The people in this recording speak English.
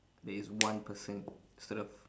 there is one person instead of